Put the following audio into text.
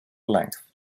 length